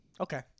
Okay